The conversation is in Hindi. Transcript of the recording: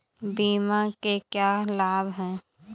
बीमा के क्या लाभ हैं?